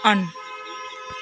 on